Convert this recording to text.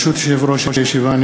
ברשות יושב-ראש הישיבה,